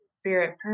Spirit